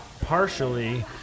partially